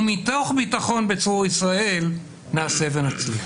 ומתוך ביטחון בצור ישראל נעשה ונצליח.